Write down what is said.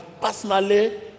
personally